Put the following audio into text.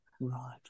Right